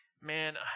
man